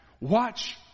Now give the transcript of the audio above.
Watch